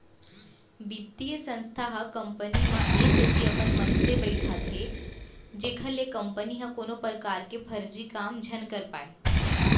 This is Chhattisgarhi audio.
बित्तीय संस्था ह कंपनी म ए सेती अपन मनसे बइठाथे जेखर ले कंपनी ह कोनो परकार के फरजी काम झन कर पाय